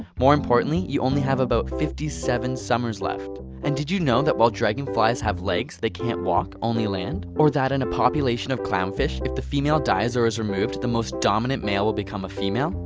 more importantly, you only have about fifty seven summers left. and did you know while dragon flies have legs, they cannot walk, only land. or that in a population of clown fish, if the female dies or is removed the most dominant male will become a female.